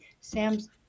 Sam's